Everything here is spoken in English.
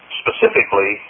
specifically